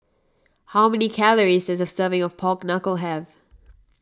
how many calories does a serving of Pork Knuckle have